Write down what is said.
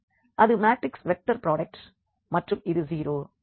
அது matrix vector product மற்றும் இது 0